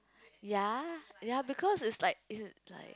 ya ya because it's like it's like